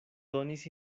donis